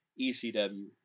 ECW